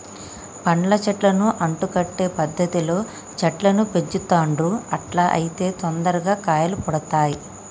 పండ్ల చెట్లను అంటు కట్టే పద్ధతిలో చెట్లను పెంచుతాండ్లు అట్లా అయితే తొందరగా కాయలు పడుతాయ్